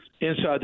inside